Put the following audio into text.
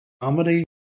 comedy